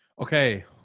Okay